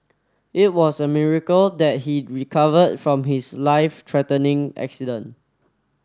it was a miracle that he recovered from his life threatening accident